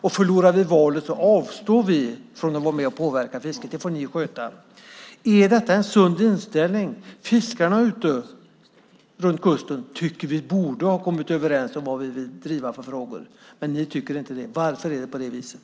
Och förlorar vi valet avstår vi från att vara med och påverka fisket. Det får ni sköta. Är detta en sund inställning? Fiskarna runt kusten tycker att vi borde ha kommit överens om vilka frågor vi vill driva, men ni tycker inte det. Varför är det på det viset?